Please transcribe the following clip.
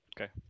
Okay